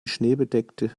schneebedeckte